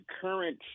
current